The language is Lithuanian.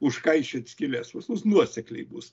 užkaišiot skyles pas mus nuosekliai bus